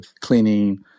cleaning